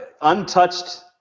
untouched